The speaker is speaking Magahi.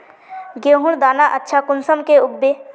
गेहूँर दाना अच्छा कुंसम के उगबे?